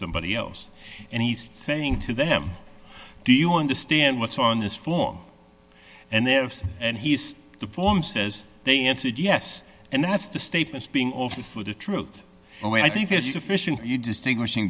somebody else and he's saying to them do you understand what's on this form and they have said and he's the form says they answered yes and that's the statements being offered for the truth and i think there's a fishing you distinguishing